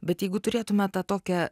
bet jeigu turėtume tą tokią